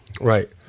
Right